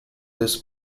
this